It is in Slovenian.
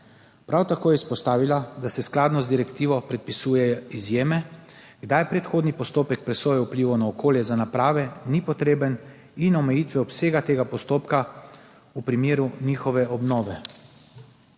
Prav tako je izpostavila, da se skladno z direktivo predpisujejo izjeme, kdaj predhodni postopek presoje vplivov na okolje za naprave ni potreben, in omejitve obsega tega postopka v primeru njihove obnove.